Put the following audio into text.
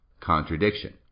contradiction